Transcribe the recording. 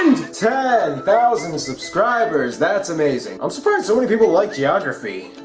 ten thousand subscrbers, that's amazing. i'm surprised so many people like geography.